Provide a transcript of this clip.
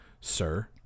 sir